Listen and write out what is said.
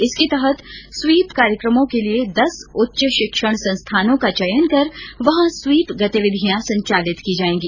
इसके तहत स्वीप कार्यक्रमों के लिए दस उच्च शिक्षण संस्थानों का चयन कर वहां स्वीप गतिविधियां संचालित की जायेंगी